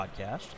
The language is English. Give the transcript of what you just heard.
podcast